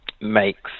makes